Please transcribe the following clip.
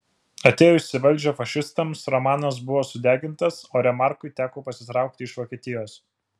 atėjus į valdžią fašistams romanas buvo sudegintas o remarkui teko pasitraukti iš vokietijos